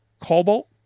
cobalt